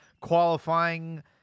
qualifying